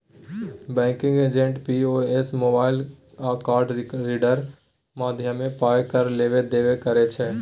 banking agent POS, mobile आ card रीडरक माध्यमे पाय केर लेब देब करै छै